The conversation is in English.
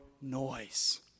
noise